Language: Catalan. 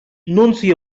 nunci